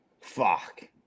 Fuck